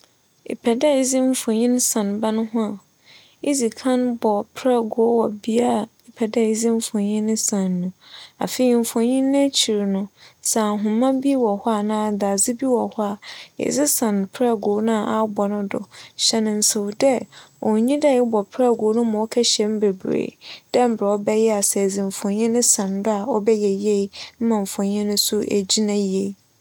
Epɛ dɛ edze mfonyin san ban ho a, idzi kan bͻ prɛgow wͻ bea a epɛ dɛ edze mfonyin no san no. afei mfonyin no n'ekyir no, sɛ ahoma bi wͻ hͻ a anaa dadze bi wͻ hͻ a, ede san prͻgoow no a abͻ no do. Hyɛ no nsew dɛ onnyi dɛ ebͻ prɛgow no ma ͻkɛhyɛ mu bebiree dɛ mbrɛ ͻbɛyɛ a sɛ edze mfonyin no san do a ͻbɛyɛ yie ma mfonyin no so egyina yie.